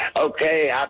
Okay